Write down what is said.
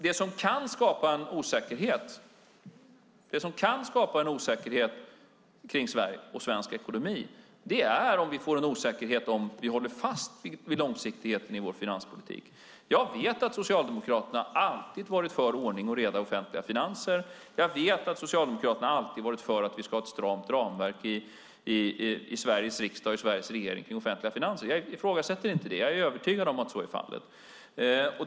Det som kan skapa en osäkerhet kring Sverige och svensk ekonomi är om vi får en osäkerhet om huruvida vi håller fast vid långsiktigheten i vår finanspolitik. Jag vet att Socialdemokraterna alltid har varit för ordning och reda i offentliga finanser. Jag vet att Socialdemokraterna alltid har varit för att vi ska ha ett stramt ramverk i Sveriges riksdag och i Sveriges regering kring offentliga finanser. Jag ifrågasätter inte det. Jag är övertygad om att så är fallet.